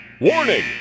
Warning